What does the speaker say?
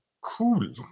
cool